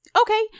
Okay